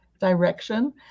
direction